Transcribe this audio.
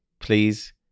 please